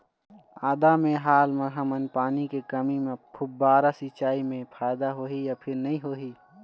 आदा मे हाल मा हमन पानी के कमी म फुब्बारा सिचाई मे फायदा होही या फिर नई होही?